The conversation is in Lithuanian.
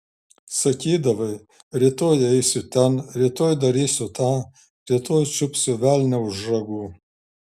sakydavai rytoj eisiu ten rytoj darysiu tą rytoj čiupsiu velnią už ragų